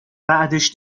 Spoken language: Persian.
بعدش